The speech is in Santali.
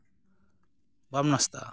ᱵᱟᱢ ᱱᱟᱥᱛᱟᱜᱼᱟ